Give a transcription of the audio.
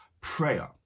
prayer